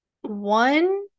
one